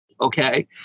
okay